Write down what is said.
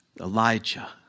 Elijah